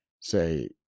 say